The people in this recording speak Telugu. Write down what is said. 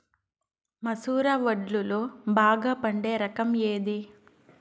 మసూర వడ్లులో బాగా పండే రకం ఏది?